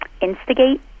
instigate